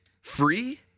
Free